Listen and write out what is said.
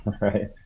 right